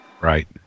Right